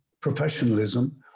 professionalism